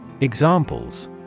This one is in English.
Examples